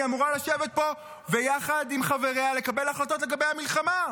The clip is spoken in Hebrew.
היא אמורה לשבת פה ויחד עם חבריה לקבל החלטות לגבי המלחמה,